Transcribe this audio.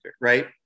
right